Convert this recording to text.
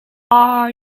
are